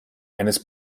eines